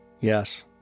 Yes